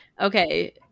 Okay